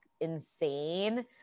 insane